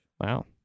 Wow